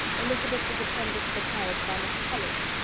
elizabeth was attended to the carriage by mr. collins,